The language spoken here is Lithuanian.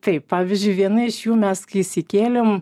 taip pavyzdžiui viena iš jų mes kai įsikėlėm